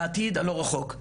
בעתיד הלא רחוק.